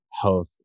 health